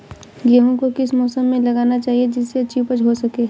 गेहूँ को किस मौसम में लगाना चाहिए जिससे अच्छी उपज हो सके?